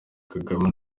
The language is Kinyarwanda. kagame